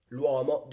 L'uomo